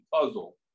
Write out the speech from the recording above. puzzle